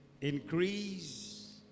increase